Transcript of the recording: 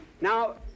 Now